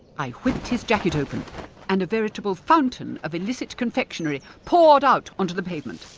i whipped his jacket open and a veritable fountain of illicit confectionery poured out onto the pavement.